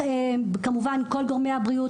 כמובן כל גורמי הבריאות,